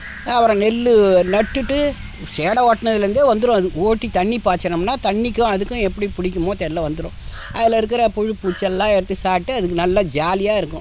அப்புறம் நெல் நட்டுவிட்டு சேடை ஓட்டினதுலேருந்தே வந்துடும் அது ஓட்டி தண்ணி பாய்ச்சினோம்னா தண்ணிக்கும் அதுக்கும் எப்படி பிடிக்குமோ தெரில வந்துடும் அதில் இருக்கிற புழுப் பூச்செல்லாம் எடுத்து சாப்பிட்டு அதுக்கு நல்லா ஜாலியாக இருக்கும்